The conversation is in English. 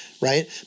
right